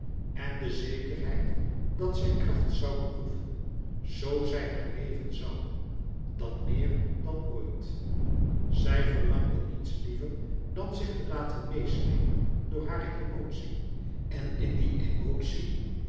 en de zekerheid dat zij kracht zoû behoeven zoo zij herleven zoû dan meer dan ooit zij verlangde niets liever dan zich te laten meêsleepen door hare emotie en in die emotie